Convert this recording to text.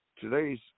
today's –